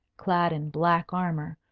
clad in black armour,